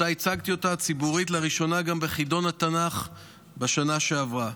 שאותה הצגתי ציבורית לראשונה גם בחידון התנ"ך בשנה שעברה,